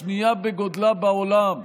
השנייה בגודלה בעולם,